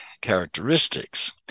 characteristics